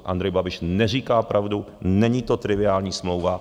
Andrej Babiš neříká pravdu, není to triviální smlouva.